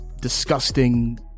disgusting